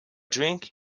drink